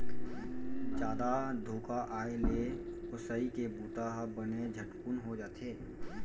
जादा धुका आए ले ओसई के बूता ह बने झटकुन हो जाथे